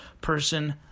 person